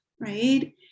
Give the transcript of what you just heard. right